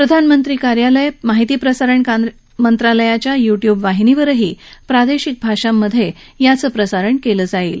प्रधानमंत्री कार्यालय माहिती प्रसारण मंत्रालयच्या यु झुब वाहिनीवरही प्रादेशिक भाषांमध्ये याचं प्रसारण केलं जाईल